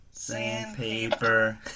Sandpaper